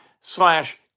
slash